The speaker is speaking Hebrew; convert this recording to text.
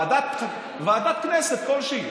ועדת כנסת כלשהי,